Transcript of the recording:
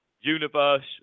universe